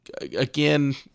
Again